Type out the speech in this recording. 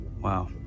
Wow